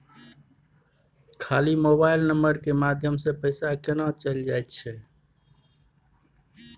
खाली mobile number के माध्यम से पैसा केना चल जायछै?